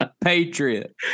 Patriot